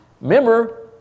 Remember